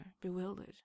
bewildered